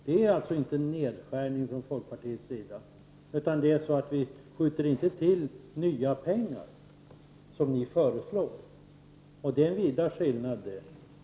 Det är inte en nedskärning folkpartiet föreslår, utan vi skjuter inte till nya pengar, som ni föreslår, och det är skillnad.